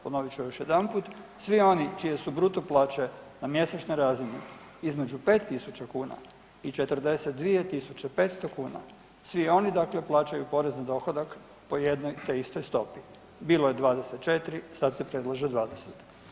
Ponovit ću još jedanput, svi oni čije su bruto plaće na mjesečnoj razini između 5.000 kuna i 42.500 kuna, svi oni dakle plaćaju porez na dohodak po jednoj te istoj stopi, bilo je 24 sad ste predložili 20.